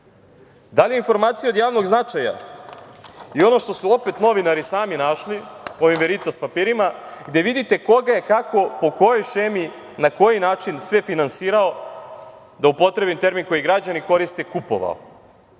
je javna informacija od javnog značaja i ono što su opet novinari sami našli u ovim „Veritas papirima“, gde vidite koga je, kako, po kojoj šemi, na koji način sve finansirao, da upotrebim termin koji građani koriste, kupovao?